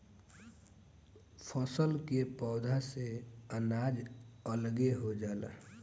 फसल के पौधा से अनाज अलगे हो जाला